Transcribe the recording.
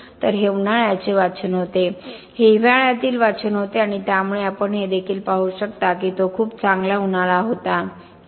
तर हे उन्हाळ्याचे वाचन होते हे हिवाळ्यातील वाचन होते आणि त्यामुळे आपण हे देखील पाहू शकता की तो खूप चांगला उन्हाळा होता इ